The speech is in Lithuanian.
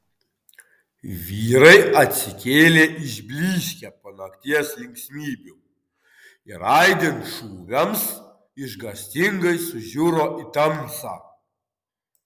vyrai atsikėlė išblyškę po nakties linksmybių ir aidint šūviams išgąstingai sužiuro į tamsą